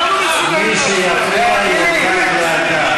מי שיפריע יורחק לאלתר.